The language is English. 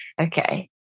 okay